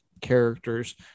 characters